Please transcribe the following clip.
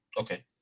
Okay